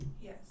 Yes